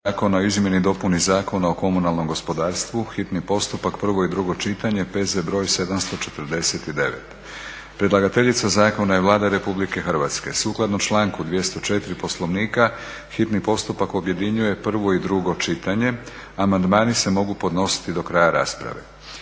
Zakona o izmjenama i dopuni Zakona o komunalnom gospodarstvu, hitni postupak, prvo i drugo čitanje, P.Z. br. 749; Predlagateljica zakona je Vlada Republike Hrvatske. Sukladno članku 204. Poslovnika hitni postupak objedinjuje prvo i drugo čitanje. Amandmani se mogu podnositi do kraja rasprave.